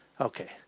Okay